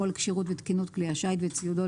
על כשירות ותקינות כלי השיט וציודו,